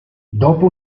dopo